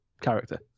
character